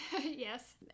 Yes